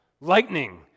lightning